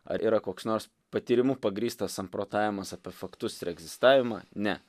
ar yra koks nors patyrimu pagrįstas samprotavimas apie faktus ir egzistavimą ne